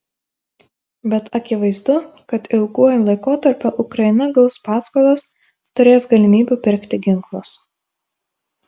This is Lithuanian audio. bet akivaizdu kad ilguoju laikotarpiu ukraina gaus paskolas turės galimybių pirkti ginklus